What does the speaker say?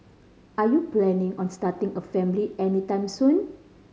are you planning on starting a family anytime soon